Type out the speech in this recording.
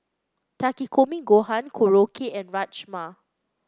Takikomi Gohan Korokke and Rajma